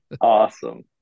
Awesome